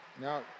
Now